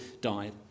died